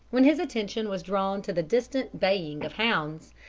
when his attention was drawn to the distant baying of hounds,